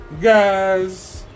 Guys